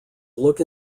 look